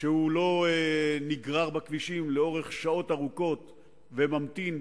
כשהוא לא נגרר בכבישים שעות ארוכות וממתין,